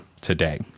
today